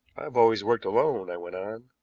i have always worked alone, i went on,